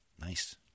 Nice